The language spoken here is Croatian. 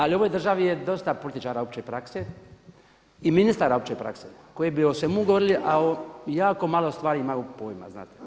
Ali u ovoj državi je dosta političara opće prakse i ministara opće prakse koji bi o svemu govorili, a o jako malo stvari imaju pojma, znate.